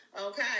Okay